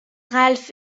ralph